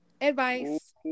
Advice